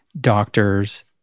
doctors